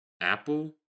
Apple